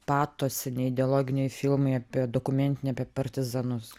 pato seni ideologiniai filmai apie dokumentiniai apie partizanus